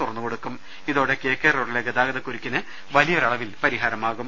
തുറന്നു കൊടുക്കും ഇതോടെ കെ കെ റോഡിലെ ഗതാഗതക്കുരുക്കിന് വലിയൊരളവിൽ പരിഹാരമാകും